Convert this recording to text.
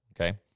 okay